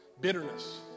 Bitterness